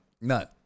None